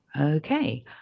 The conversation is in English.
okay